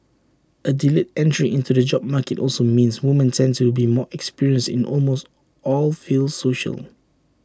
A delayed entry into the job market also means women tend to be more experienced in almost all fields social